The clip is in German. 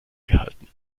gehalten